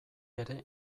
ere